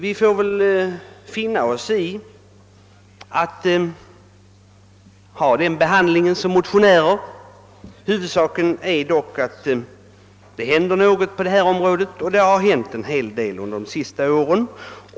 Vi får väl som motionärer finna oss i den behandlingen; huvudsaken är dock att det händer något på detta område, och det har hänt en hel del under de senaste åren.